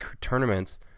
tournaments